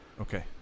Okay